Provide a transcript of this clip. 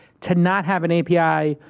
to not have an api,